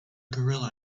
gorilla